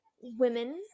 women